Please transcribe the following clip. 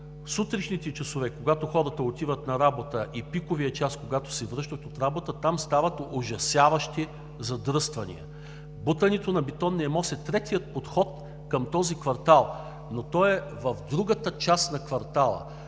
сутрешните часове, когато хората отиват на работа, и в пиковия час, когато се връщат от работа, там стават ужасяващи задръствания. Бутането на Бетонния мост е третият подход към този квартал, но той е в другата част на квартала,